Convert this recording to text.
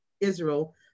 Israel